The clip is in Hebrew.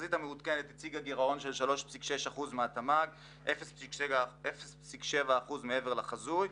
התחזית המעודכנת הציגה גירעון של 3.6% מהתמ"ג (0.7% מעבר לחזוי),